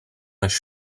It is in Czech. než